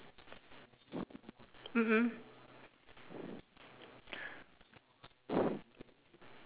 mm mm